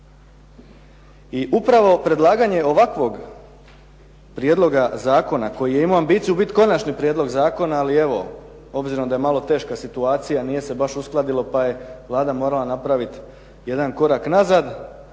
I upravo predlaganje ovakvog prijedloga zakona koji je imao ambiciju biti konačni prijedlog zakona, ali evo obzirom da je malo teška situacija nije se baš uskladilo pa je Vlada morala napraviti jedan korak nazad,